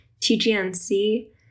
tgnc